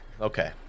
Okay